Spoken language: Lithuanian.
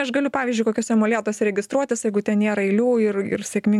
aš galiu pavyzdžiui kokiuose molėtuose registruotis jeigu ten nėra eilių ir ir sėkmin